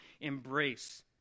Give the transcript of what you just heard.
embrace